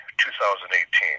2018